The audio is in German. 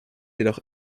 jedoch